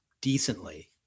decently